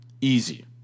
Easy